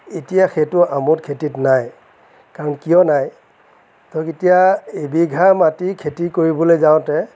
এতিয়া সেইটো আমোদ খেতিত নাই কাৰণ কিয় নাই ধৰক এতিয়া এবিঘা মাটি খেতি কৰিবলৈ যাওঁতে